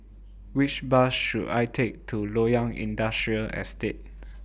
Which Bus should I Take to Loyang Industrial Estate